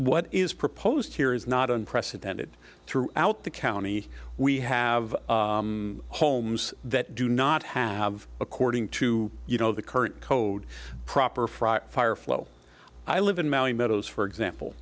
what is proposed here is not unprecedented throughout the county we have homes that do not have according to you know the current code proper fright fire flow i live in mowing meadows for example